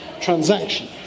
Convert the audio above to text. transaction